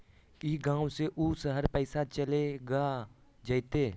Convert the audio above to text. ई गांव से ऊ शहर पैसा चलेगा जयते?